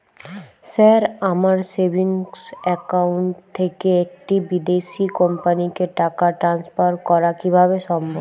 Sir আমার savings account থেকে একটি বিদেশি কোম্পানিকে টাকা ট্রান্সফার করা কীভাবে সম্ভব?